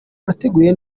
ateguye